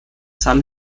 san